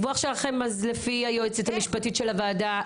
לפי היועצת המשפטית של הוועדה,